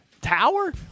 tower